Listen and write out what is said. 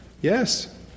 Yes